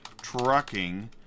trucking